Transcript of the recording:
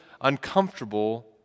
uncomfortable